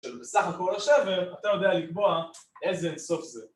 בסך הכל השבר אתה יודע לקבוע איזה סוף זה